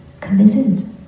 committed